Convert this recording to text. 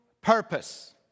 purpose